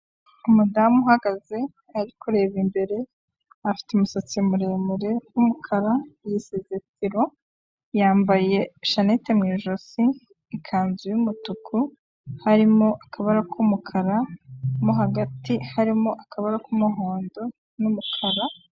Umudamu uhagaze ari kureba imbere afite umusatsi muremure w'umukara, yisize tiro, yambaye shanete mu ijosi, ikanzu y'umutuku harimo akabara k'umukara, mo hagati harimo akabara k'umuhondo n'umukara.